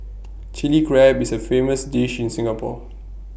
Chilli Crab is A famous dish in Singapore